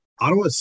Ottawa